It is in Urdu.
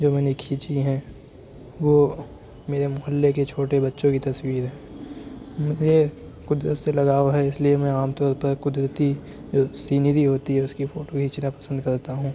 جو میں کھینچی ہیں وہ میرے محلے کے چھوٹے بچوں کی تصویر ہے مجھے خود اِس سے لگاؤ ہے اِس لیے میں عام طور پر قدرتی جو سینری ہوتی ہے اُس کی فوٹو کھینچنا پسند کرتا ہوں